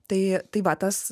tai tai va tas